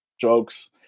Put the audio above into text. jokes